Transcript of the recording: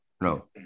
No